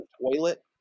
toilet